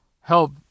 help